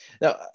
Now